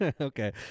okay